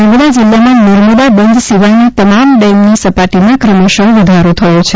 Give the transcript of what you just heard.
નર્મદા જિલ્લામાં નર્મદા બંધ સિવાયના તમામ ડેમોની સપાટીમાં ક્રમશઃ વધારો નોંધાયો છે